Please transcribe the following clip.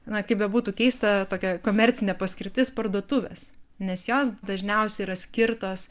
na kaip bebūtų keista tokia komercinė paskirtis parduotuvės nes jos dažniausiai yra skirtos